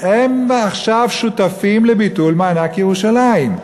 הם עכשיו שותפים לביטול מענק ירושלים.